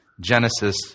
Genesis